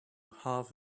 have